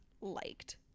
liked